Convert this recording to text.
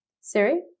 Siri